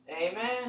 Amen